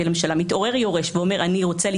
אני אומר שיש גם מקרים אחרים.